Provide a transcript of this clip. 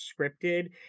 scripted